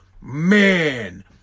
man